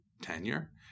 tenure